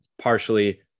partially